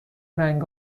رنگ